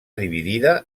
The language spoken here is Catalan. dividida